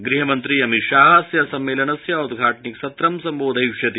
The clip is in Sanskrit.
ग़्हमन्त्री अमितशाह अस्य सम्मेलनस्य औद्घाटनिक सत्रं सम्बोधयिष्यति